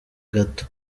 gato